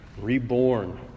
reborn